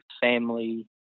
family